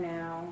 now